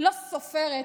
לא סופרת,